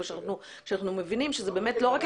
אבל כשאנחנו מבינים שזה באמת לא רק